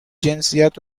جنسیت